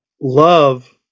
love